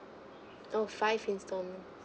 oh five installment